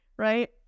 Right